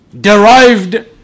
derived